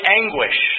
anguish